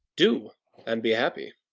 do, and be happy.